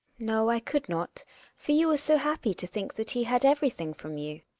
no, i could not for you were so happy to think that he had everything from you.